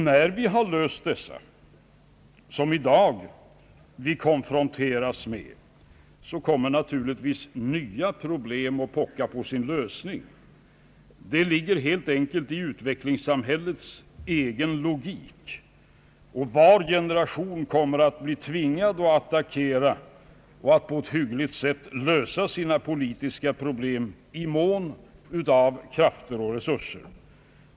När vi har löst de problem som vi konfronteras med i dag, kommer naturligtvis nya problem att pocka på sin lösning. Det ligger helt enkelt i utvecklingssamhällets egen logik. Varje generation kommer att bli tvingad att attackera och på ett hyggligt sätt lösa sina politiska problem i mån av krafter och resurser.